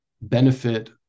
benefit